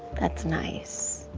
that's nice.